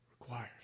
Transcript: requires